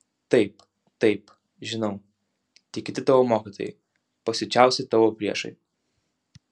taip taip žinau tie kiti tavo mokytojai pasiučiausi tavo priešai